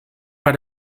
bei